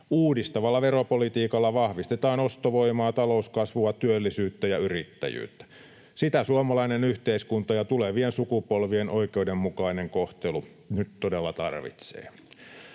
Uudistavalla veropolitiikalla vahvistetaan ostovoimaa, talouskasvua, työllisyyttä ja yrittäjyyttä. Sitä suomalainen yhteiskunta ja tulevien sukupolvien oikeudenmukainen kohtelu nyt todella tarvitsevat.